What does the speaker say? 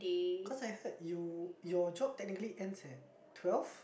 cause I heard you your job technically ends at twelve